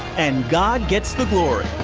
and god gets the glory.